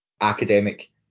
academic